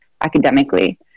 academically